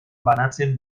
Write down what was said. banatzen